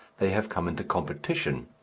they have come into competition,